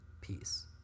peace